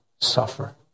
suffer